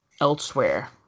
elsewhere